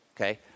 okay